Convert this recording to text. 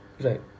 Right